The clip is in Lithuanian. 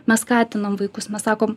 mes skatinam vaikus mes sakom